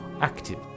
active